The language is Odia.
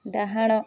ଡାହାଣ